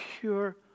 Pure